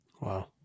Wow